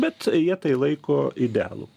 bet jie tai laiko idealu